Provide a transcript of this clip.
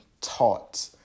taught